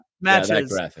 matches